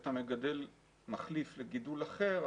כשאתה מחליף לגידול אחר,